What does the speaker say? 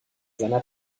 seiner